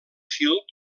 fil